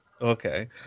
Okay